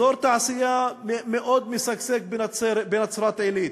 אזור תעשייה מאוד משגשג בנצרת-עילית,